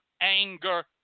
anger